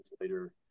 later